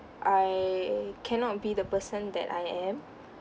I cannot be the person that I am